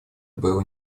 было